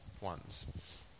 ones